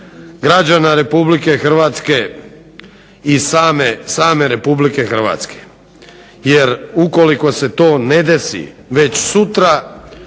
građana Republike Hrvatske i same Republike Hrvatske jer ukoliko se to ne desi već sutra